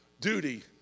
duty